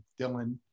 Dylan